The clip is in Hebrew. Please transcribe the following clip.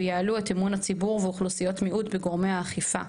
ויעלו את אמון הציבור ואוכלוסיות מיעוט בגורמי האכיפה.